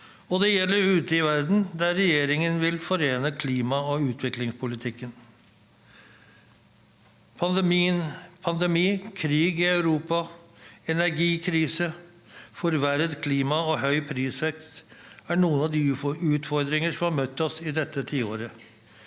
og det gjelder ute i verden, der regjeringen vil forene klimaog utviklingspolitikken. Pandemi, krig i Europa, energikrise, forverret klima og høy prisvekst er noen av utfordringene som har møtt oss i dette tiåret.